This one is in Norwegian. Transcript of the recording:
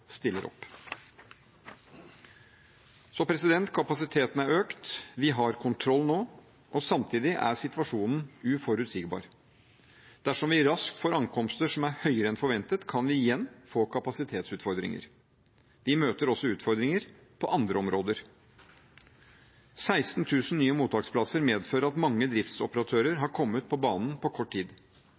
stiller opp. Kapasiteten er økt. Vi har kontroll nå. Samtidig er situasjonen uforutsigbar. Dersom vi raskt får ankomster som er høyere enn forventet, kan vi igjen få kapasitetsutfordringer. Vi møter også utfordringer på andre områder. 16 000 nye mottaksplasser medfører at mange driftsoperatører har kommet på banen på kort tid.